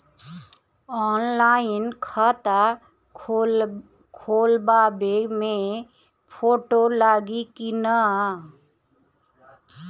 Online खाता खोलबाबे मे फोटो लागि कि ना?